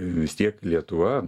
vis tiek lietuva